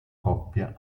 coppia